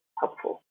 helpful